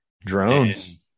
Drones